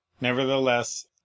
nevertheless